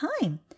time